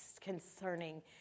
concerning